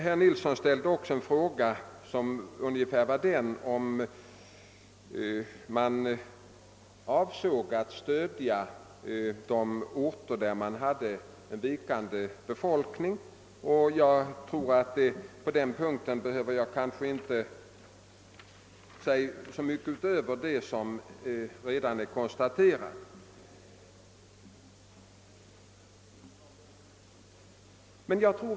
Herr Nilsson i Tvärålund frågade om vi avsåg att stödja orter med vikande befolkningsunderlag. På den punkten behöver jag kanske inte säga så mycket utöver vad som redan är konstaterat.